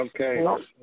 Okay